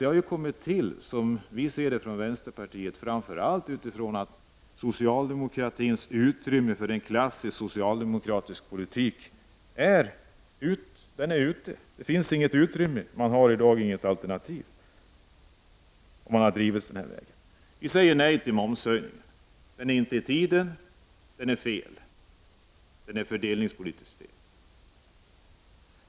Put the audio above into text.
Som vi i vänsterpartiet ser det, har detta program kommit till framför allt därför att det i socialdemokratins politik saknas ut rymme för en klassisk socialdemokratisk politik. Man har inget alternativ. Man har gått nyliberalismens väg. Vi säger nej till momshöjning. Den är inte i tiden, den är fördelningspolitiskt fel.